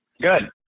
Good